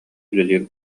үлэлиир